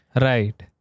Right